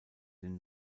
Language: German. den